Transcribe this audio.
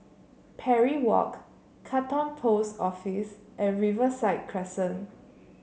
Parry Walk Katong Post Office and Riverside Crescent